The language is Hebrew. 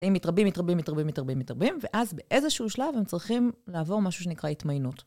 הם מתרבים, מתרבים, מתרבים, מתרבים, מתרבים, ואז באיזשהו שלב הם צריכים לעבור משהו שנקרא התמיינות.